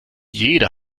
jeder